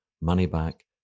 money-back